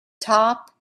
top